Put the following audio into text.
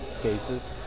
cases